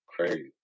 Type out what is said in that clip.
crazy